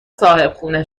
صاحبخونه